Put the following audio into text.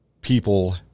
people